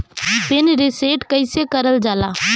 Pin reset कईसे करल जाला?